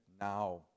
now